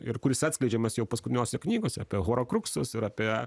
ir kuris atskleidžiamas jau paskutiniose knygose apie horokruksus ir apie